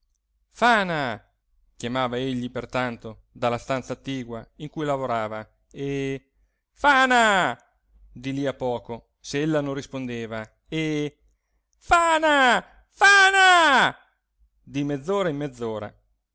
fana chiamava egli pertanto dalla stanza attigua in cui lavorava e fana di lì a poco se ella non rispondeva e fana fana di